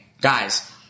Guys